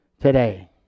today